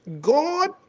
God